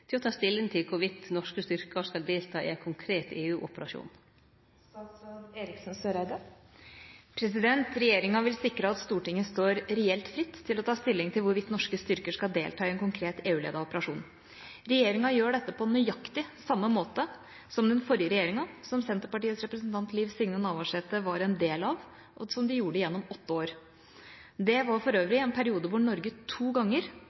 til å ta stilling til om norske styrkar skal delta i ein konkret EU-operasjon?» Regjeringa vil sikre at Stortinget står reelt fritt til å ta stilling til hvorvidt norske styrker skal delta i en konkret EU-ledet operasjon. Regjeringa gjør dette på nøyaktig samme måte som den forrige regjeringa, som Senterpartiets representant, Liv Signe Navarsete, var en del av, og som de gjorde gjennom åtte år. Det var for øvrig en periode hvor Norge to ganger